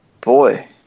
boy